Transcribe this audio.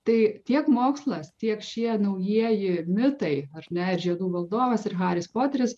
tai tiek mokslas tiek šie naujieji mitai ar ne ir žiedų valdovas ir haris poteris